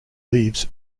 leaves